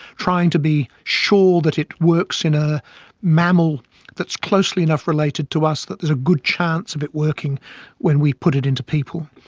trying to be sure that it works in a mammal that's closely enough related to us that there is a good chance of it working when we put it into people.